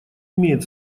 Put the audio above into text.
имеет